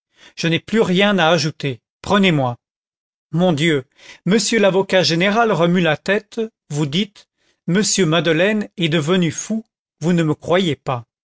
je n'ai plus rien à ajouter prenez-moi mon dieu monsieur l'avocat général remue la tête vous dites m madeleine est devenu fou vous ne me croyez pas